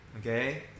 Okay